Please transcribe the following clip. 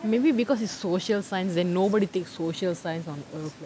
maybe because it's social science then nobody take social science on earth